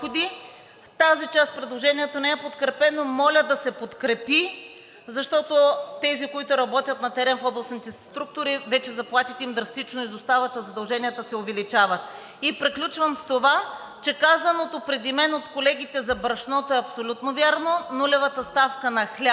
тази част предложението не е подкрепено. Моля да се подкрепи, защото на тези, които работят на терен в областните структури, вече заплатите им драстично изостават, а задълженията се увеличават. Приключвам с това, че казаното преди мен от колегите за брашното е абсолютно вярно – нулевата ставка на хляба,